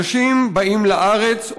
אנשים באים לארץ,